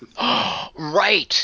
Right